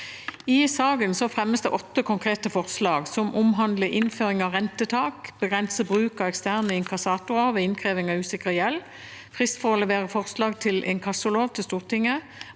I saken fremmes det åtte konkrete forslag som omhandler innføring av rentetak, å begrense bruken av eksterne inkassatorer ved innkreving av usikret gjeld, frist for å levere forslag til inkassolov til Stortinget,